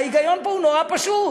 ההיגיון פה הוא נורא פשוט.